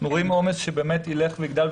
רואים עומס שילך ויגדל.